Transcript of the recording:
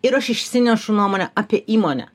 ir aš išsinešu nuomonę apie įmonę